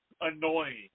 annoying